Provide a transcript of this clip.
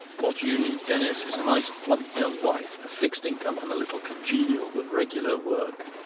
what you need, denis, is a nice plump young wife, a fixed income, and a little congenial but regular work.